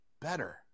better